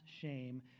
shame